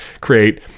create